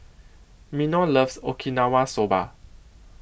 Minor loves Okinawa Soba